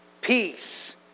Peace